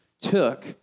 took